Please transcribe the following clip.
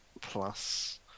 plus